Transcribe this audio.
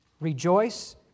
Rejoice